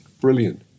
Brilliant